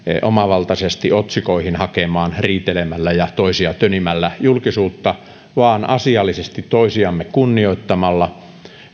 omavaltaisesti otsikoihin riitelemällä ja toisia tönimällä hakemaan julkisuutta vaan asiallisesti toisiamme kunnioittamalla